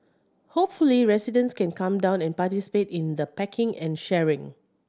hopefully residents can come down and participate in the packing and sharing